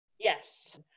Yes